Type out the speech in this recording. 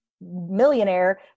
millionaire